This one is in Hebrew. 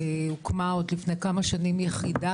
הוקמה עוד לפני כמה שנים יחידה